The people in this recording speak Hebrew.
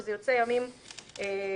זה יוצא ימים שלישי,